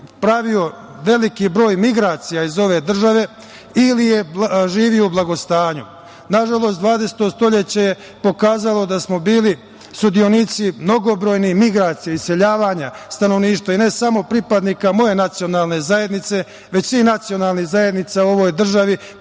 pravio veliki broj migracija iz ove države, ili je živio u blagostanju. Nažalost, dvadeseti vek je pokazao da smo bili sudionici mnogobrojnih migracija, iseljavanja stanovništva i ne samo pripadnika moje nacionalne zajednice, već svih nacionalnih zajednica u ovoj državi,